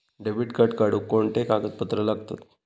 Debit card काढुक कोणते कागदपत्र लागतत?